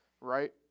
right